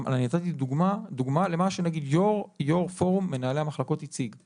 אני נתתי דוגמה למה שנגיד יו"ר פורום מנהלי המחלקות הציג.